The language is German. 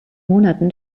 monaten